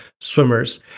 swimmers